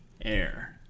air